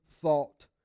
thought